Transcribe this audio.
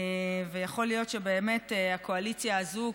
ויכול להיות שבאמת הקואליציה הזאת,